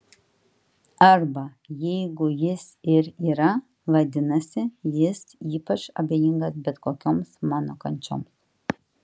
arba jeigu jis ir yra vadinasi jis ypač abejingas bet kokioms mano kančioms